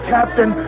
Captain